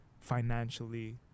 financially